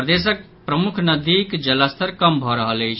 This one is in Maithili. प्रदेशक प्रमुख नदीक जलस्तर कम भऽ रहल अछि